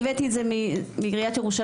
אלה נתונים רשמיים שהבאתי מעיריית ירושלים.